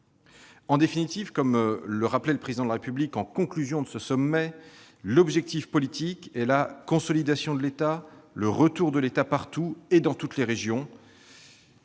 En définitive, comme le rappelait le Président de la République en conclusion de ce sommet, l'objectif politique est la consolidation de l'État, le retour de l'État partout et dans toutes les régions.